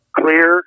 clear